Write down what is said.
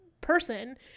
person